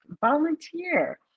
volunteer